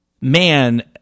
man